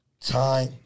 time